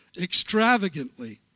extravagantly